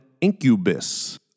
incubus